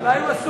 אולי הוא,